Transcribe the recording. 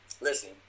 Listen